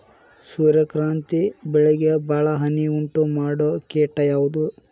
ಸೂರ್ಯಕಾಂತಿ ಬೆಳೆಗೆ ಭಾಳ ಹಾನಿ ಉಂಟು ಮಾಡೋ ಕೇಟ ಯಾವುದ್ರೇ?